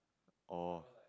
oh